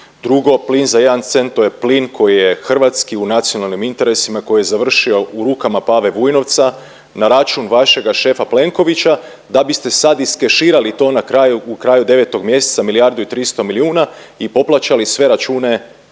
Drugo, plin za 1 cent to je plin koji je hrvatski u nacionalnim interesima koji je završio u rukama Pave Vujnovca na račun vašega šefa Plenkovića da biste sad iskeširali to na kraju, u kraju 9. mjeseca milijardu i 300 milijuna i poplaćali sve račune plina.